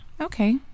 Okay